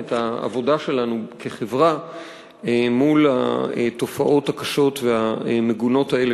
את העבודה שלנו כחברה מול התופעות הקשות והמגונות האלה,